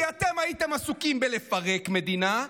כי אתם הייתם עסוקים בלפרק מדינה,